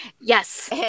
yes